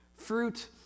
fruit